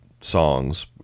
songs